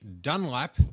Dunlap